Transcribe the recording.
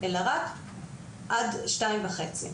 אלא רק עד שתיים וחצי.